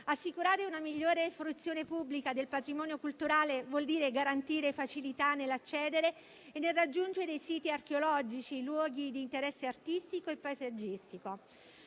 Assicurare una migliore fruizione pubblica del patrimonio culturale vuol dire garantire facilità nell'accedere e nel raggiungere i siti archeologici, i luoghi di interesse artistico e paesaggistico.